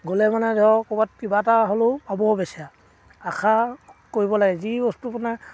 গ'লে মানে ধৰক ক'ৰবাত কিবা এটা হ'লেও পাবও বেচেৰা আশা কৰিব লাগে যি বস্তু মানে